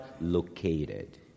located